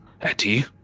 Eddie